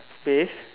bathe